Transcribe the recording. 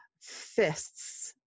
fists